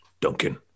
Duncan